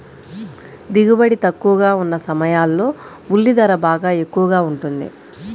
దిగుబడి తక్కువగా ఉన్న సమయాల్లో ఉల్లి ధర బాగా ఎక్కువగా ఉంటుంది